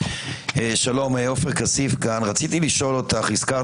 ממילא היא חסומה אפקטיבית